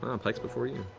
um pike's before you.